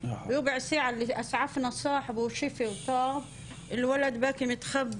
אפילו כאשר ראיתי את הגופה,